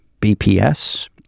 BPS